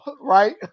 right